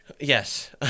Yes